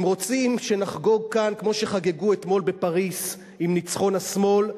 ואם רוצים שנחגוג כאן כמו שחגגו אתמול בפריס עם ניצחון השמאל,